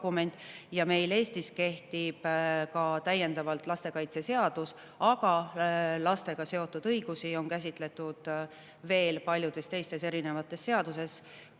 ja meil Eestis kehtib täiendavalt ka lastekaitseseadus. Aga lastega seotud õigusi on käsitletud veel paljudes teistes erinevates seadustes,